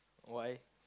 why